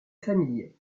famille